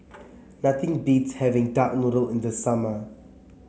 nothing beats having Duck Noodle in the summer